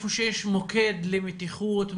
איפה שיש מוקד למתיחות,